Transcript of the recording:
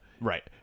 Right